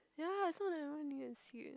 ya it's not like anyone need a seat